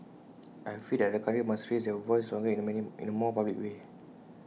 I feel that other countries must raise their voice stronger in A many in A more public way